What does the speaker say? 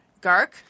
gark